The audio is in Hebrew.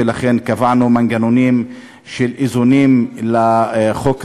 ולכן קבענו מנגנונים של איזונים לחוק הזה,